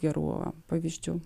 gerų pavyzdžių